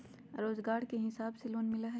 रोजगार के हिसाब से लोन मिलहई?